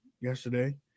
yesterday